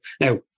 Now